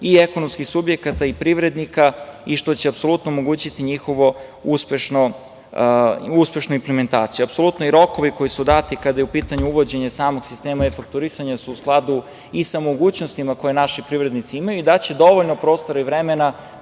i ekonomskih subjekata i privrednika i što će apsolutno omogućiti njihovu uspešnu implementaciju. Apsolutno i rokovi koji su dati kada je u pitanju uvođenje samog sistema e-fakturisanja su u skladu i sa mogućnostima koje naši privrednici imaju i daće dovoljno prostora i vremena